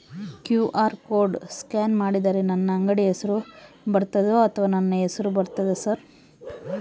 QR code scan ಮಾಡಿದರೆ ನನ್ನ ಅಂಗಡಿ ಹೆಸರು ಬರ್ತದೋ ಅಥವಾ ನನ್ನ ಹೆಸರು ಬರ್ತದ ಸರ್?